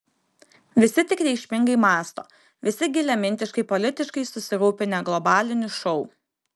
visi tik reikšmingai mąsto visi giliamintiškai politiškai susirūpinę globaliniu šou